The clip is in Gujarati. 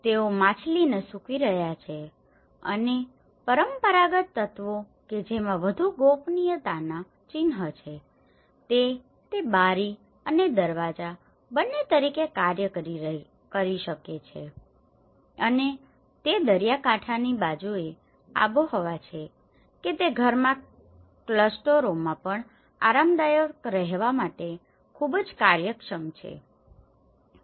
તેઓ માછલીને સૂકવી રહ્યા છે અને પરંપરાગત તત્વો કે જેમાં વધુ ગોપનીયતાનાં ચિહ્નો છે તે તે બારી અને દરવાજા બંને તરીકે કાર્ય કરી શકે છે અને તે દરિયાકાંઠાની બાજુએ આબોહવા છે કે તે ઘરમાં અને ક્લસ્ટરોમાં પણ આરામદાયક રહેવા માટે ખૂબ જ કાર્યક્ષમ છે